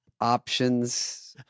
options